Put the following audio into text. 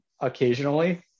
occasionally